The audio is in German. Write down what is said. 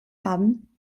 haben